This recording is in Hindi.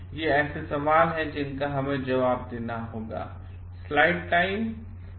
तो ये ऐसे सवाल हैं जिनका हमेंजवाब देना होगा